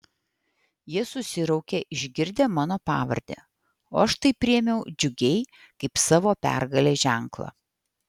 jie susiraukė išgirdę mano pavardę o aš tai priėmiau džiugiai kaip savo pergalės ženklą